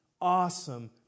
awesome